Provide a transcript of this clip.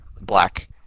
black